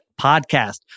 podcast